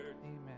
Amen